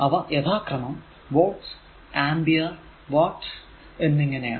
അവ യഥാക്രമം volt ampere watt എന്നിങ്ങനെയാണ്